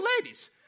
ladies